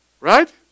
Right